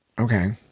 okay